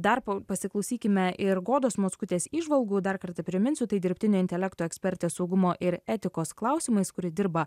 dar po pasiklausykime ir godos mockutės įžvalgų dar kartą priminsiu tai dirbtinio intelekto ekspertė saugumo ir etikos klausimais kuri dirba